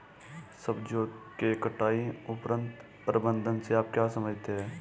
सब्जियों के कटाई उपरांत प्रबंधन से आप क्या समझते हैं?